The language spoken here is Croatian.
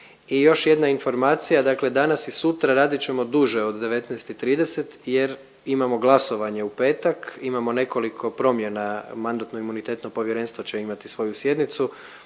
I još jedna informacija, dakle danas i sutra radit ćemo duže od 19,30 jer imamo glasovanje u petak. Imamo nekoliko promjena, Mandatno-imunitetno povjerenstvo će imati svoju sjednicu,